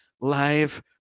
live